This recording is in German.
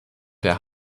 der